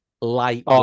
light